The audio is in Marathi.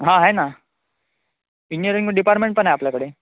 हा आहे ना इंजिनीअरिंग डिपार्टमेंट पण आहे आपल्याकडे